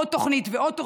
עוד תוכנית ועוד תוכנית,